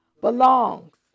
belongs